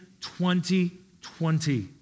2020